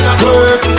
work